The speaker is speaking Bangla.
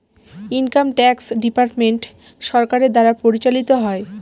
ইনকাম ট্যাক্স ডিপার্টমেন্ট সরকারের দ্বারা পরিচালিত হয়